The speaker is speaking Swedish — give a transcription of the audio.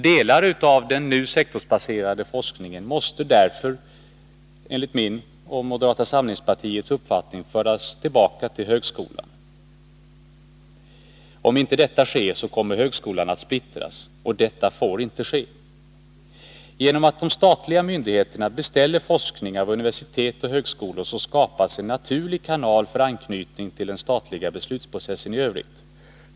Delar av den nu sektorsbaserade forskningen måste därför enligt min och moderata samlingspartiets uppfattning föras tillbaka till högskolan. Om inte detta sker, kommer högskolan att splittras. Detta får inte inträffa! Genom att statliga myndigheter beställer forskning av universitet och högskolor skapas en naturlig kanal för anknytningen till den statliga beslutsprocessen i övrigt.